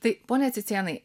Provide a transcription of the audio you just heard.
tai pone cicėnai